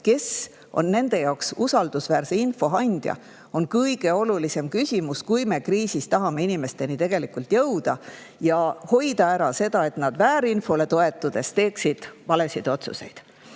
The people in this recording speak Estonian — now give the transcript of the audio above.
kes on nende jaoks usaldusväärse info andja. See on kõige olulisem küsimus, kui me kriisis tahame tõesti inimesteni jõuda ja hoida ära, et nad väärinfole toetudes teevad valesid otsuseid.